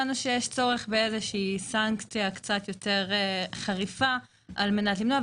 הבנו שיש צורך באיזו סנקציה קצת יותר חריפה על מנת למנוע.